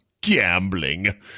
gambling